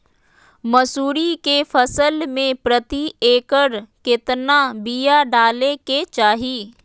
मसूरी के फसल में प्रति एकड़ केतना बिया डाले के चाही?